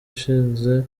ushize